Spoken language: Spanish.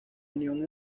unión